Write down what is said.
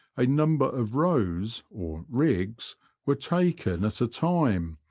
a number of rows or riggs were taken at a time,